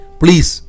please